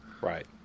Right